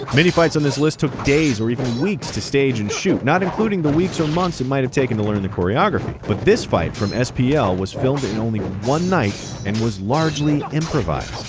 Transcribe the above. many fights on this list took days or even weeks to stage and shoot, not including the weeks or months it might have taken to learn the choreography. but this fight from spl was filmed in only one night and was largely improvised.